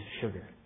sugar